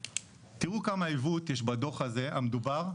תראו כמה עיוות יש בדו"ח הזה המדובר,